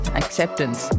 acceptance